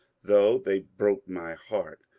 though they broke my heart,